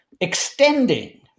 extending